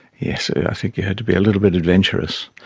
yes, i think you had to be a little bit adventurous.